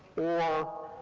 or